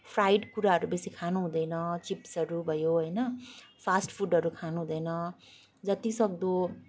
fried कुराहरू बेसी खान हुँदैन चिप्सहरू भयो होइन फास्ट फुडहरू खान हुँदैन जत्ति सक्दो